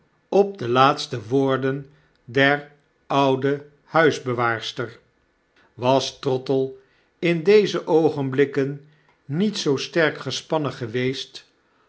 op de laatste woorden der oude huisbewaarster was trottle in deze oogenblikken niet zoo sterk gespannen geweest